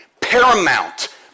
Paramount